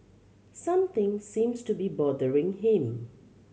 something seems to be bothering him